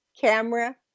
camera